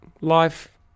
life